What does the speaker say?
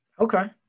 Okay